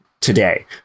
today